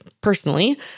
personally